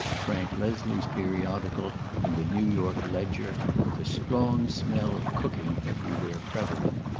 frank leslie's periodical and the new york ledger, with a strong smell of cooking everywhere prevalent.